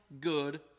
good